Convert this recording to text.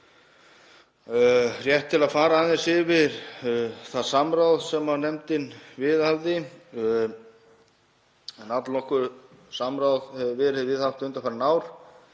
Rétt til að fara aðeins yfir það samráð sem nefndin viðhafði hefur allnokkurt samráð verið viðhaft undanfarin ár